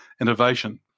innovation